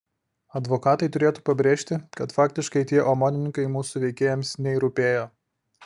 advokatai turėtų pabrėžti kad faktiškai tie omonininkai mūsų veikėjams nei rūpėjo